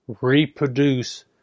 reproduce